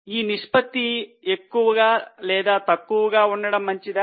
ఈ నిష్పత్తి ఎక్కువగా లేదా తక్కువగా ఉండడం మంచిదా